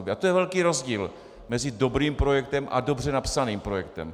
A to je velký rozdíl mezi dobrým projektem a dobře napsaným projektem.